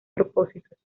propósitos